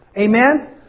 Amen